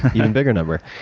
even bigger number.